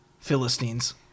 philistines